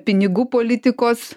pinigų politikos